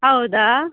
ಹೌದಾ